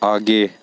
आगे